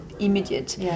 immediate